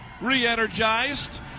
re-energized